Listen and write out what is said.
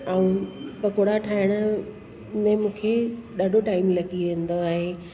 ऐं पकोड़ा ठाहिण में मूंखे ॾाढो टाइम लॻी वेंदो आहे